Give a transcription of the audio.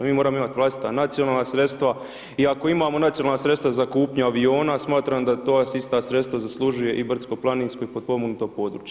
Mi moramo imati vlastita nacionalna sredstva i ako imamo nacionalna sredstva za kupnju aviona smatram da ista sredstva zaslužuje i brdsko-planinsko i potpomognuto područje.